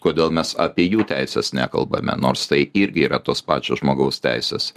kodėl mes apie jų teises nekalbame nors tai irgi yra tos pačios žmogaus teisės